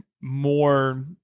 more